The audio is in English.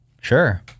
Sure